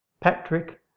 Patrick